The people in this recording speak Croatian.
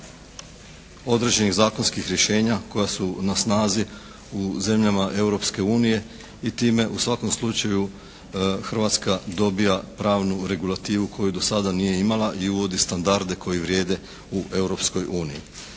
određenih zakonskih rješenja koja su na snazi u zemljama Europske unije i time u svakom slučaju Hrvatska dobija pravnu regulativu koju do sada nije imala i uvodi standarde koji vrijede u Europskoj uniji.